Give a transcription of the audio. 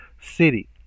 city